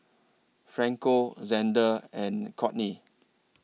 Franco Zander and Courtney